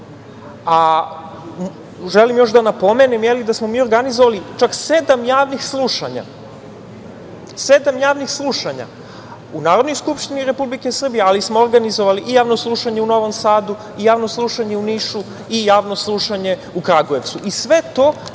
još da napomenem da smo mi organizovali čak sedam javnih slušanja. Sedam javnih slušanja u Narodnoj skupštini Republike Srbije, ali smo organizovali i javno slušanje u Novom Sadu, javno slušanje u Nišu, javno slušanje u Kragujevcu, sve to